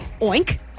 oink